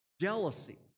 Jealousy